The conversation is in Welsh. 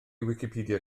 wicipedia